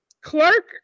Clark